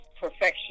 perfection